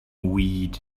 weed